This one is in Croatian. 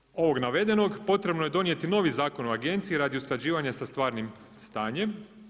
Slijedom ovog navedenog potrebno je donijeti novi zakon o agenciji radi usklađivanja sa stvarnim stanjem.